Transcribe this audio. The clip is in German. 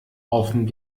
offen